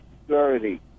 Security